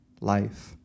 life